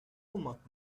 olmak